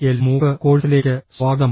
L MOOC കോഴ്സിലേക്ക് സ്വാഗതം